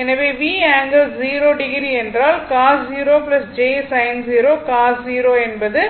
எனவே V ∠0o என்றால் cos 0 j sin 0 cos 0 என்பது